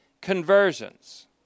conversions